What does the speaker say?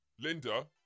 Linda